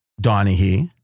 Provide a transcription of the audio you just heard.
Donahue